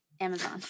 Amazon